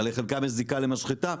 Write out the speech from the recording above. לחלקם יש זיקה למשחטה,